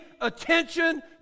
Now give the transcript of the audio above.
attention